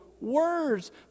words